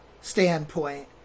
standpoint